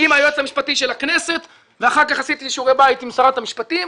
עם היועץ המשפטי של הכנסת ואחרי שעשיתי שיעורי בית עם שרת המשפטים.